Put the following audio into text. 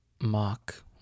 mock